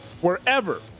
wherever